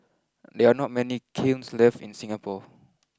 there are not many kilns left in Singapore